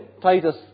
Titus